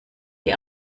die